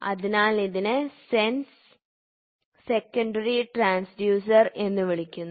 അതിനാൽ ഇതിനെ sense secondary transducer എന്ന് വിളിക്കുന്നു